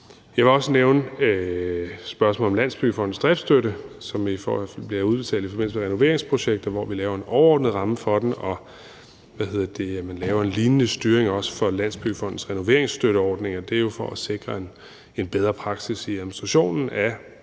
Jeg vil også nævne spørgsmålet om Landsbyggefondens driftsstøtte, som bliver udbetalt i forbindelse med renoveringsprojekter, og hvor vi laver en overordnet ramme for den. Man laver en lignende styring også for Landsbyggefondens renoveringsstøtteordning, og det er jo for at sikre en bedre praksis i administrationen af